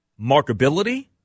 markability